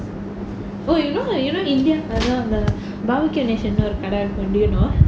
oh you know the you know indian அதான் அந்த:athaan antha barbeque nation ஒரு கடை இருக்கும்:oru kadai irukkum do you know